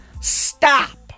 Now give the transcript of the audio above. stop